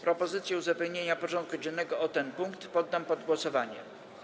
Propozycję uzupełnienia porządku dziennego o ten punkt poddam pod głosowanie.